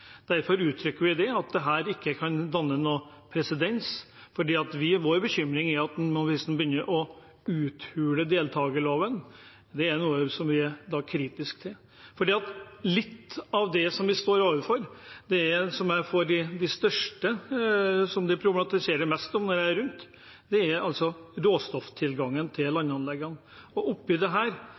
Derfor uttrykker vi at dette ikke kan danne noen presedens, for vår bekymring er at en nå begynner å uthule deltakerloven. Det er noe vi er kritisk til. For noe av det vi står overfor, og noe av det som blir problematisert mest når jeg er rundt omkring, er råstofftilgangen til landanleggene. Oppe i dette tror jeg at det SVs representant var innom i stad, er feil medisin her.